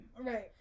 Right